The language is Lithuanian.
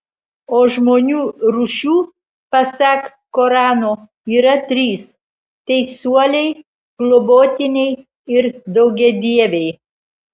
o žmonių rūšių pasak korano yra trys teisuoliai globotiniai ir daugiadieviai